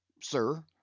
Sir